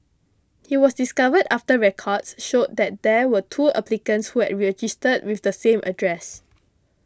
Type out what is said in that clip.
he was discovered after records showed that there were two applicants who had registered with the same address